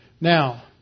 Now